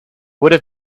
would